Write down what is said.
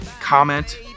comment